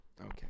Okay